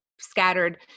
scattered